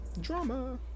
drama